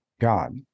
god